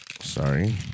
Sorry